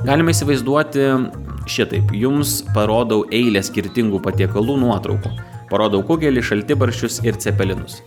galim įsivaizduoti šitaip jums parodau eilę skirtingų patiekalų nuotraukų parodau kugelį šaltibarščius ir cepelinus